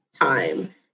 time